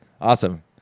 awesome